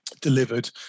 delivered